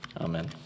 Amen